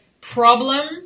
problem